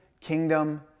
kingdom